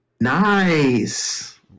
Nice